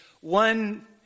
one